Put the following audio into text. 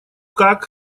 как